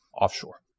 offshore